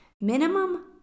minimum